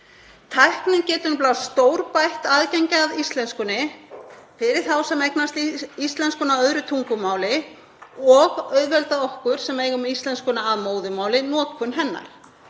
Tæknin getur nefnilega stórbætt aðgengi að íslenskunni fyrir þá sem eignast íslenskuna að öðru tungumáli og getur auðveldað okkur sem eigum íslenskuna að móðurmáli notkun hennar.